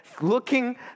looking